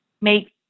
make